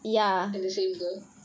in the same girl